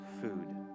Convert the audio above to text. food